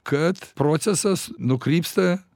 kad procesas nukrypsta